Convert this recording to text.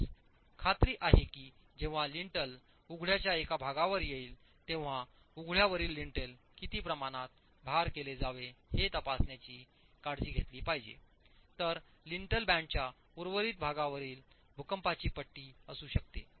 आपणास खात्री आहे की जेव्हा लिंटेल उघड्याच्या एका भागावर येईल तेव्हा उघड्यावरील लिंटेल किती प्रमाणात भार केले जावे हे तपासण्याची काळजी घेतली पाहिजे तर लिंटल बँडच्या उर्वरित भागावर भूकंपाची पट्टी असू शकते